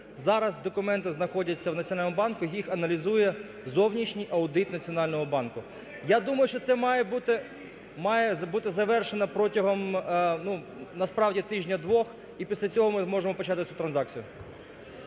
Зараз документи знаходяться в Національному банку, їх аналізує зовнішній аудит Національного банку. Я думаю, що це має бути… має бути завершено протягом, ну, насправді, тижня-двох і після цього ми можемо почати цю транзакцію.